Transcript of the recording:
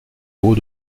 haut